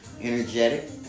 energetic